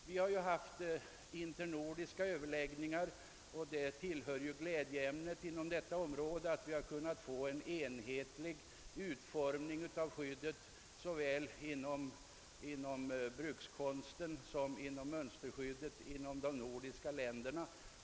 Vi har haft internordiska överläggningar på detta område och det tillhör glädjeämnena i detta sammanhang att. vi kunnat få till stånd en enhetlig utformning av skyddet såväl inom bruks-- konsten som inom mönsterskyddet i de nordiska länderna.